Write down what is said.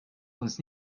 uns